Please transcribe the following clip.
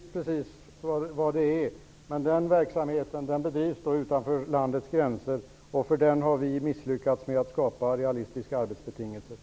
Herr talman! Ja, det är precis vad det är, men den verksamheten bedrivs då utanför landets gränser och för den har vi misslyckats med att skapa realistiska arbetsbetingelser.